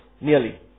nearly